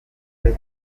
twe